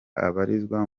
abarizwa